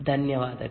ಧನ್ಯವಾದಗಳು